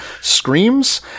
screams